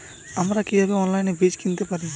আমরা কীভাবে অনলাইনে বীজ কিনতে পারি?